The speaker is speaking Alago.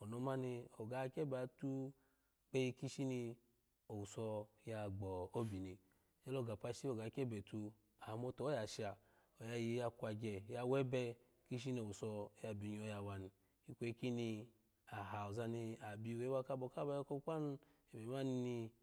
ono mani oga kyebe yatu gbeyi ki ishini owuso ya gbo obi ni gyolo ga pashi ga hyebe tu oga motuho ya sha ayiyi ya kwagye awebe kishi ni owuso ya byi inyawo yawa ni ikweyi kini aha ozani ah byi inyawo yawa ni ikweyi kini aha ozani aha byi wewa kabo kaha ba yoko kpanu ebe mani ni.